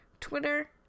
Twitter